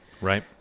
Right